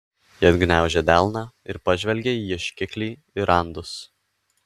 ji atgniaužė delną ir pažvelgė į ieškiklį ir randus